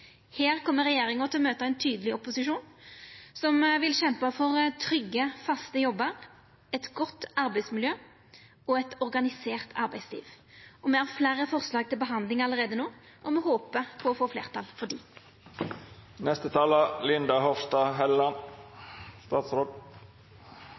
Her kjem regjeringa til å møta ein tydeleg opposisjon, som vil kjempa for trygge, faste jobbar, eit godt arbeidsmiljø og eit organisert arbeidsliv. Me har fleire forslag til behandling alt no, og me håper på å få fleirtal for